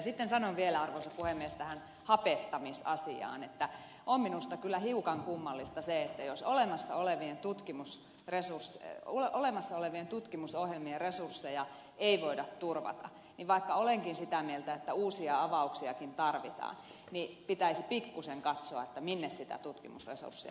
sitten sanon vielä arvoisa puhemies tästä hapettamisasiasta että on minusta kyllä hiukan kummallista se että jos olemassa olevien tutkimusohjelmien resursseja ei voida turvata niin vaikka olenkin sitä mieltä että uusiakin avauksia tarvitaan pitäisi pikkuisen katsoa minne sitä tutkimusresurssia laitetaan